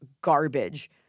garbage